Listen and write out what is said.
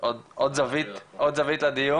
עוד זווית לדיון.